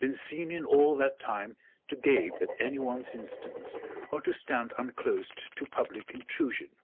been seen in all that time to gape at any one's instance or to stand unclosed to public intrusion,